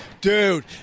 dude